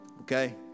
okay